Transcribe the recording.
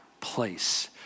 place